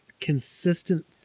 consistent